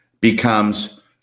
becomes